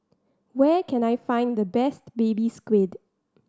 where can I find the best Baby Squid